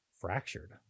fractured